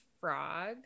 frog